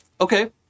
Okay